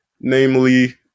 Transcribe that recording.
namely